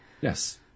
Yes